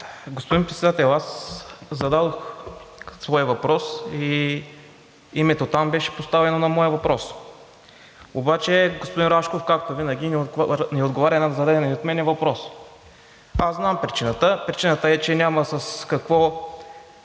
Господин Председател, аз зададох своя въпрос и името там беше поставено на моя въпрос, обаче господин Рашков, както винаги, не отговаря на зададения от мен въпрос. Аз знам причината – причината е, че няма